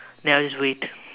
then I'll just wait